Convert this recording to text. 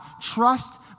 Trust